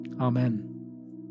Amen